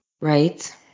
Right